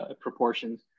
proportions